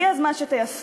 הגיע הזמן שתיישמו.